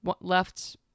left